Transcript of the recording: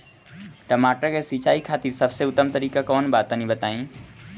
टमाटर के सिंचाई खातिर सबसे उत्तम तरीका कौंन बा तनि बताई?